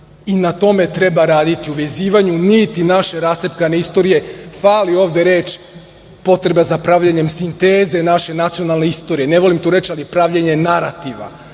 i na tome treba raditi, u vezivanju niti naše rascepkane istorije. Fali ovde reč, potreba za pravljenjem sinteze naše nacionalne istorije, ne volim tu reč, ali pravljenje narativa